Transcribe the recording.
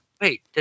Wait